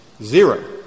Zero